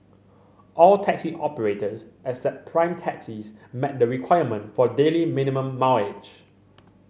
all taxi operators except Prime Taxis met the requirement for daily minimum mileage